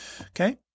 Okay